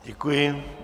Děkuji.